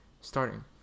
starting